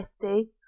fifty